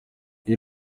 iyi